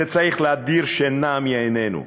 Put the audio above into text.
זה צריך להדיר שינה מעינינו,